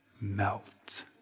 melt